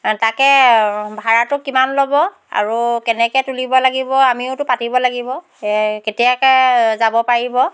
তাকে ভাড়াটো কিমান ল'ব আৰু কেনেকে তুলিব লাগিব আমিওতো পাতিব লাগিব কেতিয়াকে যাব পাৰিব